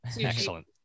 excellent